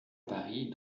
paris